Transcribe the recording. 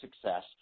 success